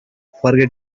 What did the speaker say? forget